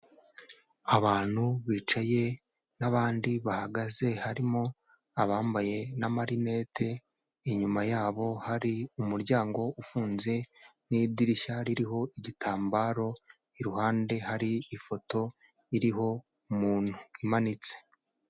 Abantu bicaye n'abandi bahagaze, harimo abambaye n'amarinete, inyuma yabo hari umuryango ufunze n'idirishya ririho igitambaro, iruhande hari ifoto iriho umuntu imanitse.